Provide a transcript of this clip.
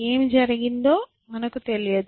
ఏమి జరిగిందో మాకు తెలియదు